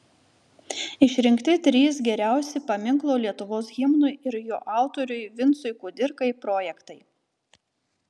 išrinkti trys geriausi paminklo lietuvos himnui ir jo autoriui vincui kudirkai projektai